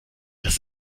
das